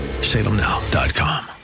salemnow.com